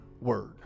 word